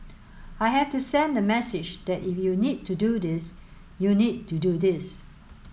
I have to send the message that if you need to do this you need to do this